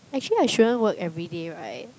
actually I shouldn't work everyday right